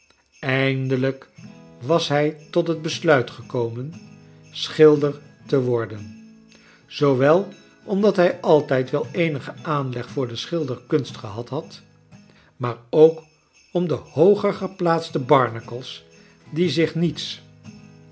eindelrjk was hij tot het besluit gekomen schilder te worden zoowel omdat hij altijd wel eenigen aanleg voor de schilderkunst gehad had maar ook om de hooger geplaatste barnacles die zich niets